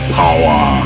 power